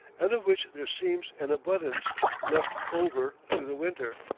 and of which there seems an abundance left over through the winter.